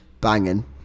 Banging